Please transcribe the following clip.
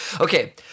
okay